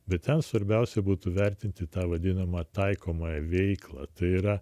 bet ką svarbiausia būtų vertinti tą vadinamą taikomąją veiklą tai yra